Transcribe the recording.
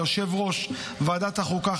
ליושב-ראש ועדת החוקה,